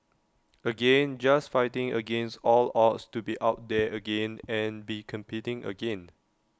again just fighting against all odds to be out there again and be competing again